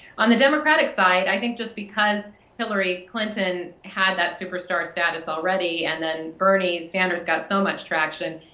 on the democratic side, i think just because hillary clinton had that superstar status already and then bernie sanders got so much traction,